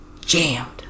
jammed